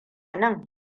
nan